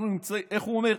איך הוא אומר?